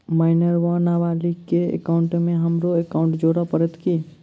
Minor वा नबालिग केँ एकाउंटमे हमरो एकाउन्ट जोड़य पड़त की?